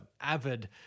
avid